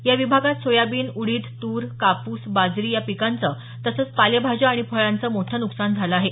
या विभागात सोयाबिन उडीद तूर कापूस बाजरी या पिकांचं तसंच पालेभाज्या आणि फळांचं मोठं नुकसान झालं आहे